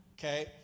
okay